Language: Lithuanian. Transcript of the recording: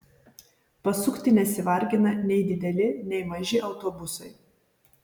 pasukti nesivargina nei dideli nei maži autobusai